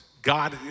God